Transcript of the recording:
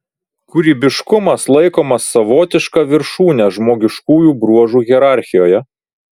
kūrybiškumas laikomas savotiška viršūne žmogiškųjų bruožų hierarchijoje